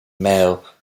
male